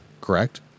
correct